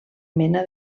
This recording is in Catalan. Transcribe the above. mena